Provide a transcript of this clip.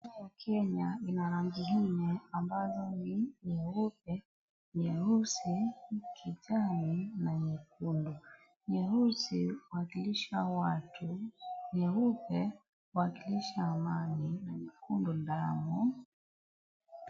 Kenya ina rangi nne ambazo ni nyeupe, nyeusi, kijani na nyekundu. Nyeusi huwakilisha watu, nyeupe huwakilisha amani na nyekundu damu.